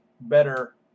better